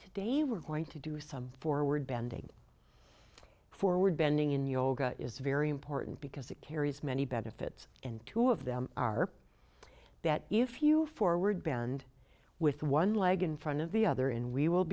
today we're going to do some forward bending forward bending in yoga is very important because it carries many benefits and two of them are that if you forward band with one leg in front of the other and we will